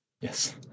Yes